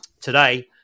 today